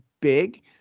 big